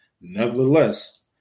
Nevertheless